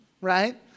right